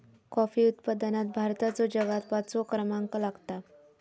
coffee उत्पादनात भारताचो जगात पाचवो क्रमांक लागता